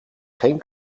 geen